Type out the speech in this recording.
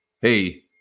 hey